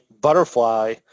butterfly